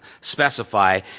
specify